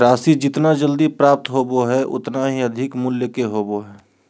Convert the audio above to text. राशि जितना जल्दी प्राप्त होबो हइ उतना ही अधिक मूल्य के होबो हइ